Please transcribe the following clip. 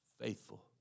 faithful